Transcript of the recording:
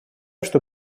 что